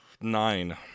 Nine